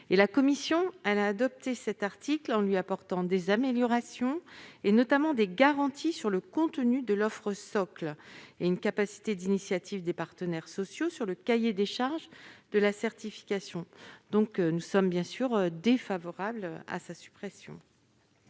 La commission a adopté cet article en lui apportant des améliorations, notamment des garanties sur le contenu de l'offre socle et une capacité d'initiative des partenaires sociaux sur le cahier des charges de la certification. Par conséquent, elle ne peut